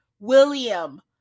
William